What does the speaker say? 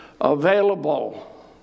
available